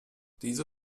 diese